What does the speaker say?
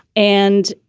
and,